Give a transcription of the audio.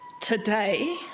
today